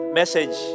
message